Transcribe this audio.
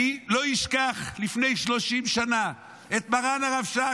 אני לא אשכח לפני 30 שנה את מרן הרב שך,